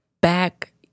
Back